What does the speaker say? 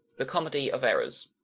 the comedy of errors